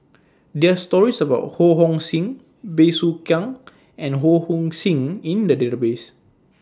There Are stories about Ho Hong Sing Bey Soo Khiang and Ho Hong Sing in The Database